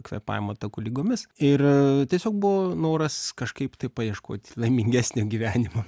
kvėpavimo takų ligomis ir tiesiog buvo noras kažkaip tai paieškoti laimingesnio gyvenimo